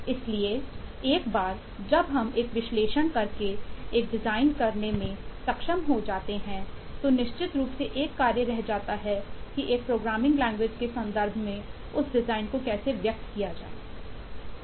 इसलिए एक बार जब हम एक विश्लेषण करके एक डिजाइन बनाने में सक्षम हो जाते हैं तो निश्चित रूप से एक कार्य रह जाता है की एक प्रोग्रामिंग लैंग्वेज के संदर्भ में उस डिज़ाइन को कैसे व्यक्त किया जाए